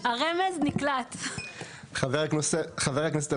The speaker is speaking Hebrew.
חבר הכנסת,